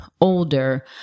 older